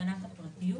הגנת הפרטיות